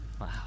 Wow